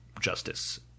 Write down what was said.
justice